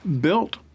Built